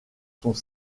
sont